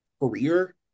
career